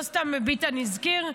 לא סתם ביטן הזכיר,